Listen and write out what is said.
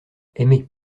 aimez